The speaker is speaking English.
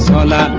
la la